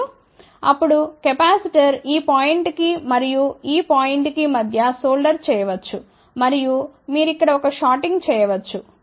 మరియు అప్పుడు కెపాసిటర్ ఈ పాయింట్ కి మరియు ఈ పాయింట్ కి మధ్య సోల్టర్ చేయ వచ్చు మరియు మీరు ఇక్కడ ఒక షార్టింగ్ చేయ వచ్చు